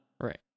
Right